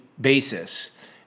basis